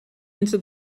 into